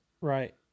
right